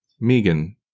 Megan